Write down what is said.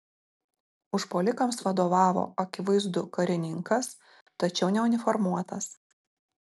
užpuolikams vadovavo akivaizdu karininkas tačiau neuniformuotas